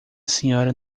senhora